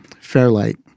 fairlight